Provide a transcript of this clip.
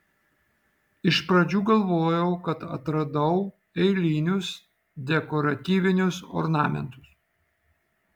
iš pradžių galvojau kad atradau eilinius dekoratyvinius ornamentus